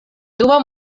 dua